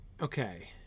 Okay